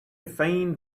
faint